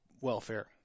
welfare